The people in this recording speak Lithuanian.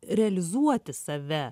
realizuoti save